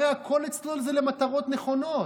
הרי הכול אצלו זה למטרות נכונות.